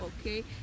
okay